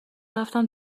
رفتم